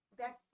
back